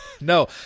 No